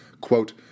quote